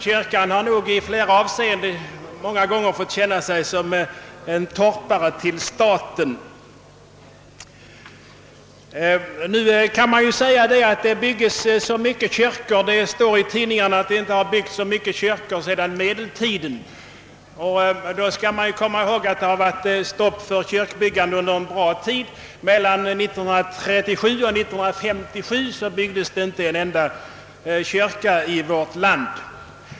Kyrkan har i flera avseenden ofta fått känna sig som en torpare till staten. Man säger att det byggs så mycket kyrkor numera — det står i tidningarna att det inte har byggts så mycket kyrkor sedan medeltiden. Då skall man komma ihåg att det var stopp för allt kyrkbyggande under lång tid. Från 1937 till 1957 byggdes det inte någon kyrka i vårt land.